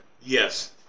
Yes